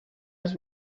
els